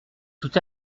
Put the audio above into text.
tout